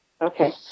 Okay